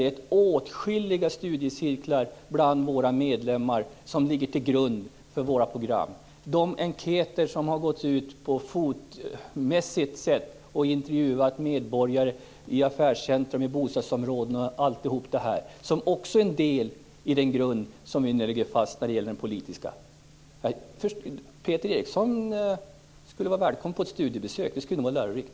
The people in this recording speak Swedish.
En annan del av den grund som vi lägger för vår politik är att vi går ut och intervjuar medborgare i affärscentrum, i bostadsområden osv. Peter Eriksson skulle vara välkommen till ett studiebesök. Det skulle nog vara lärorikt.